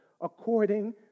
according